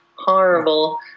Horrible